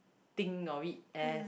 think of it as